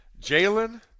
Jalen